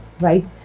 right